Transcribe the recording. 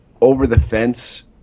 over-the-fence